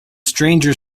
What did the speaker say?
stranger